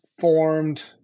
formed